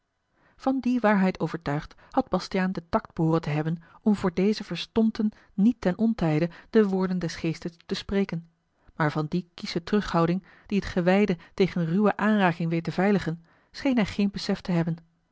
van die waarheid overtuigd had bastiaan den tact behooren te hebben om voor deze verstompten niet ten ontijde de woorden des geestes te spreken maar van die kiesche terughouding die het gewijde tegen ruwe aanraking weet te veiligen scheen hij geen besef te hebben